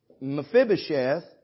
Mephibosheth